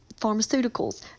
pharmaceuticals